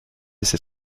ces